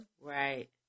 Right